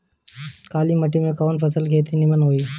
काली माटी में कवन फसल के खेती नीमन होई?